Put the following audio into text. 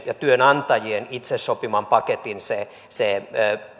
ja työnantajien itse sopiman paketin